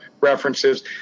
references